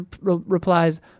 replies